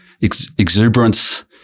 exuberance